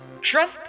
Trump